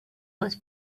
was